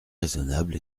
raisonnable